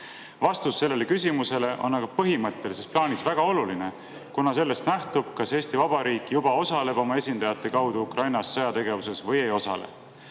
Vastus sellele küsimusele on põhimõttelises plaanis väga oluline, kuna sellest nähtub, kas Eesti Vabariik juba osaleb oma esindajate kaudu Ukrainas sõjategevuses või ei osale.